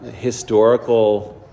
historical